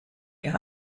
ihr